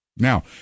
Now